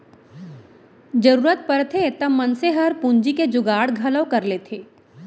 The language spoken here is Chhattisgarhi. जरूरत परथे त मनसे हर पूंजी के जुगाड़ घलौ कर लेथे